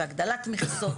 בהגדלת מכסות.